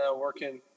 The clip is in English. working